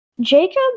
Jacob